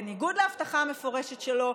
בניגוד להבטחה המפורשת שלו,